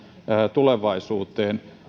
tulevaisuuteen